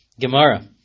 Gemara